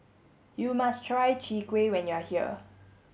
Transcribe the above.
you must try Chwee Kueh when you are here